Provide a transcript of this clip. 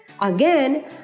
Again